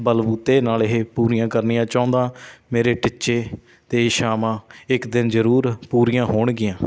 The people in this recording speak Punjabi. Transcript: ਬਲ ਬੁੱਤੇ ਨਾਲ ਇਹ ਪੂਰੀਆਂ ਕਰਨੀਆਂ ਚਾਹੁੰਦਾ ਮੇਰੇ ਟੀਚੇ ਅਤੇ ਇੱਛਾਵਾਂ ਇੱਕ ਦਿਨ ਜ਼ਰੂਰ ਪੂਰੀਆਂ ਹੋਣਗੀਆਂ